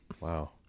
wow